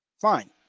Fine